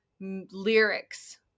lyrics